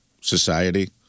society